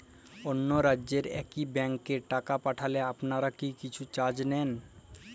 অন্য রাজ্যের একি ব্যাংক এ টাকা পাঠালে আপনারা কী কিছু চার্জ নেন?